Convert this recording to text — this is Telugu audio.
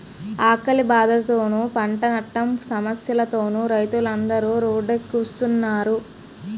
ఆకలి బాధలతోనూ, పంటనట్టం సమస్యలతోనూ రైతులందరు రోడ్డెక్కుస్తున్నారు